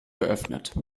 geöffnet